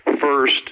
First